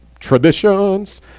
traditions